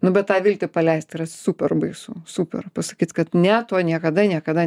nu bet tą viltį paleist yra super baisu super pasakyt kad ne to niekada niekada